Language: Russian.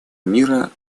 мира